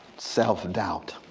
self-doubt,